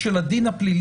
ב-VC.